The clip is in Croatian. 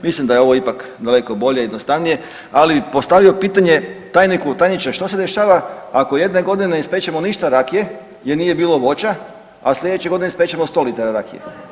Mislim da je ovo ipak daleko bolje i jednostavnije, ali bi postavio pitanje tajniku, tajniče, što se dešava ako jedne godine ispečemo ništa rakije jer nije bilo voća, a slijedeće godine ispečemo 100 litara rakije?